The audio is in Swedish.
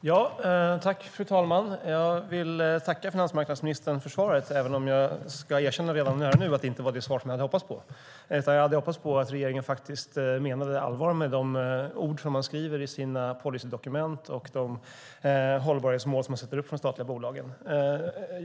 Fru talman! Jag vill tacka finansmarknadsministern för svaret, även om jag ska erkänna redan här och nu att det inte var det svar jag hade hoppats på. Jag hade hoppats att regeringen menade allvar med de ord den skriver i sina policydokument och de hållbarhetsmål den sätter upp för de statliga bolagen.